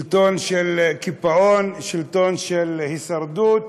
שלטון של קיפאון, שלטון של הישרדות,